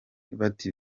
bati